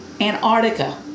Antarctica